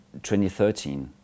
2013